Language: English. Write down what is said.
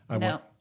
no